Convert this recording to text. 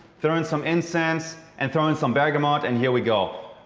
throw in some incense and throw in some bergamot and here we go.